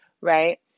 right